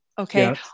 okay